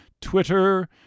Twitter